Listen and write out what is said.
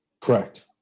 Correct